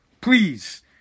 Please